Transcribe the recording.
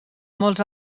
molts